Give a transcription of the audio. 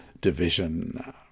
Division